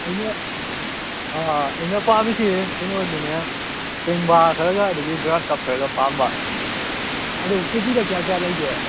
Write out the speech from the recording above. ꯑꯩꯅ ꯑꯩꯅ ꯄꯥꯝꯃꯤꯁꯤ ꯀꯩꯅꯣꯗꯨꯅꯦ ꯄꯦꯡꯕꯥ ꯈꯔꯒ ꯑꯗꯒꯤ ꯒ꯭ꯔꯥꯁ ꯀꯞ ꯈꯔꯒ ꯄꯥꯝꯕ ꯑꯗꯨ ꯀꯦꯖꯤꯗ ꯀꯌꯥ ꯀꯌꯥ ꯂꯩꯒꯦ